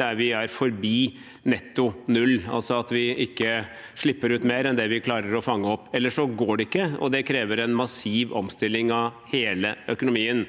der vi er forbi netto null, altså at vi ikke slipper ut mer enn vi klarer å fange opp. Ellers går det ikke, og det krever en massiv omstilling av hele økonomien.